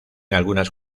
algunas